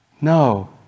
No